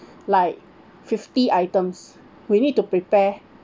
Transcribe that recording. like fifty items we need to prepare